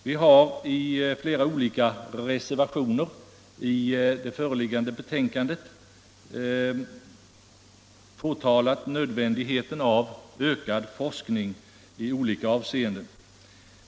Vi har i flera olika reservationer till det föreliggande betänkandet påvisat nödvändigheten av ökad forskning i olika avseenden.